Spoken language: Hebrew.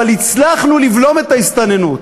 אבל הצלחנו לבלום את ההסתננות,